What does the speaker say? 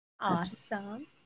Awesome